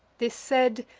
this said,